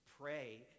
pray